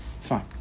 Fine